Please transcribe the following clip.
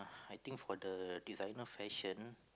I think for the designer fashion